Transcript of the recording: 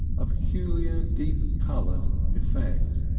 a peculiar deep coloured effect.